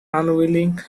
unwilling